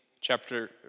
chapter